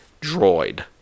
droid